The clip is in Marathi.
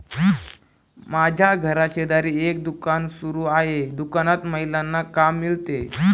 माझ्या घराशेजारी एक दुकान सुरू आहे दुकानात महिलांना काम मिळते